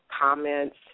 comments